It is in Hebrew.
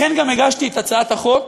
לכן גם הגשתי את הצעת החוק